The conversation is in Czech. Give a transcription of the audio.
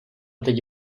teď